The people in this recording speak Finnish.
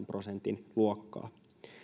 prosentin luokkaa